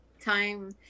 time